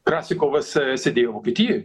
krasikovas sėdėjo vokietijoj